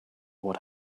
what